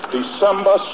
December